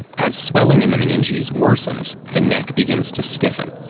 as swelling in the meninges worsens, the neck begins to stiffen.